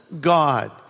God